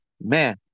man